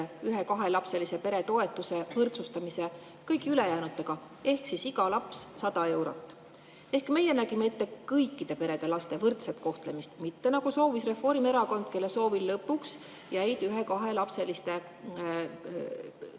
ühe-kahe lapsega pere toetuse võrdsustamise kõigi ülejäänutega – ehk siis iga laps 100 eurot. Ehk meie nägime ette kõikide perede laste võrdset kohtlemist, mitte nagu soovis Reformierakond, kelle soovil lõpuks jäid ühe-kahe lapsega pered suuremate